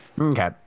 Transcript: okay